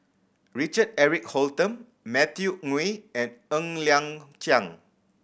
Richard Eric Holttum Matthew Ngui and Ng Liang Chiang